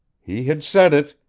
he had said it!